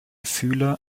fühler